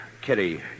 Kitty